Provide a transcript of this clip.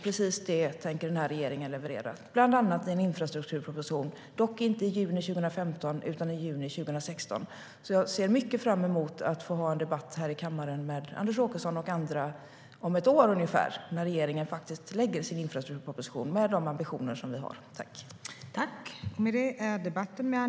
Precis det tänker denna regering leverera, bland annat i en infrastrukturproposition - dock inte i juni 2015 utan i juni 2016. Jag ser mycket fram emot att ha en debatt i kammaren med Anders Åkesson och andra om ungefär ett år när vi har lagt fram vår infrastrukturproposition med de ambitioner vi har.